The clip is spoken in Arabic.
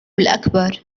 الأكبر